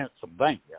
Pennsylvania